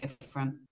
different